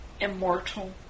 immortal